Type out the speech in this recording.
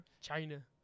China